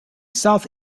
south